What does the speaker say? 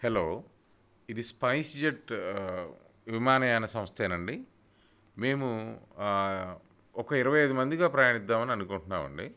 hello ఇది SpiceJet విమానయాన సంస్థేనండి మేము ఒక ఇరవై ఐదు మందిగా ప్రయాణిద్దామని అనుకుంట్నామండి